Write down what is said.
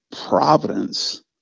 Providence